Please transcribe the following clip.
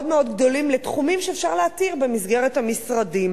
מאוד מאוד גדולים לתחומים שאפשר להתיר במסגרת המשרדים.